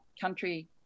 country